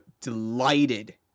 delighted